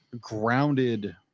grounded